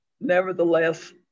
nevertheless